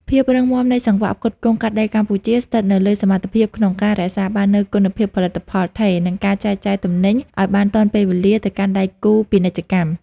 ភាពរឹងមាំនៃសង្វាក់ផ្គត់ផ្គង់កាត់ដេរកម្ពុជាស្ថិតនៅលើសមត្ថភាពក្នុងការរក្សាបាននូវគុណភាពផលិតផលថេរ និងការចែកចាយទំនិញឱ្យបានទាន់ពេលវេលាទៅកាន់ដៃគូពាណិជ្ជកម្ម។